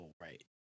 right